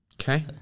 Okay